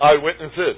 eyewitnesses